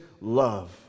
love